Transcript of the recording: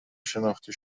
شناخته